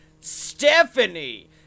Stephanie